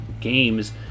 games